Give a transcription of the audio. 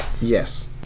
Yes